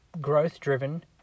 growth-driven